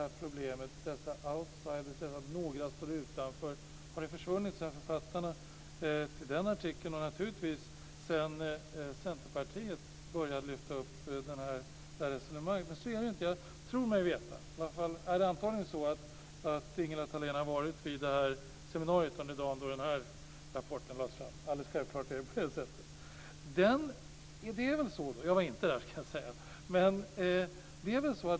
Har problemet med dessa outsiders - med att några står utanför - försvunnit sedan författarna skrev sin artikel och sedan Centerpartiet började lyfta upp detta resonemang? Så är det inte. Jag tror mig veta att Ingela Thalén under dagen har varit på det seminarium där den rapport jag håller i min hand lades fram. Alldeles självklart är det på det sättet. Jag var inte där, ska jag säga.